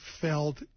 felt